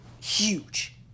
huge